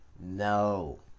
No